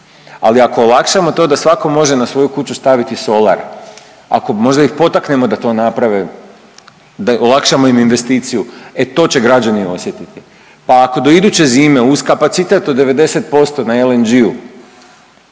Ali ako olakšamo to da svatko može na svoju kuću staviti solar, možda ih potaknemo da to naprave, da olakšamo im investiciju e to će građani osjetiti. Pa ako do iduće zime uz kapacitet od 90% na LNG-u